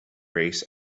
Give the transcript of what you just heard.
race